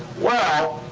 well,